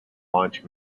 launch